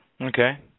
Okay